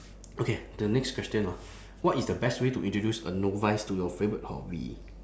okay the next question ah what is the best way to introduce a novice to your favorite hobby